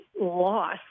loss